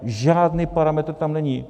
Žádný parametr tam není.